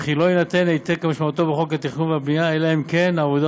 וכי לא יינתן ההיתר כמשמעותו בחוק התכנון והבנייה אלא אם כן העבודה